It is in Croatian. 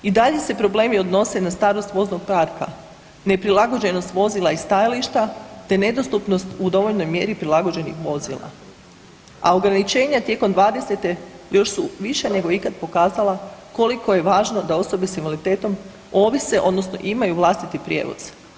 I dalje se problemi odnose na starost voznog parka, neprilagođenost vozila i stajališta, te nedostupnost u dovoljnoj mjeri prilagođenih vozila, a ograničenja tijekom '20.-te još su više nego ikad pokazala koliko je važno da osobe s invaliditetom ovise odnosno imaju vlastiti prijevoz.